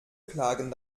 klagen